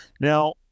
Now